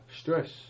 Stress